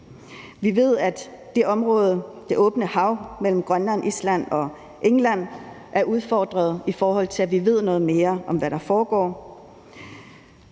området i det åbne hav mellem Grønland, Island og England er udfordret, i forhold til at vi ved noget mere om, hvad der foregår.